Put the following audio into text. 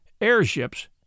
airships